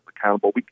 accountable